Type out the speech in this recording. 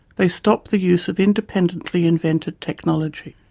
they stop the use of independently invented technology.